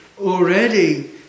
Already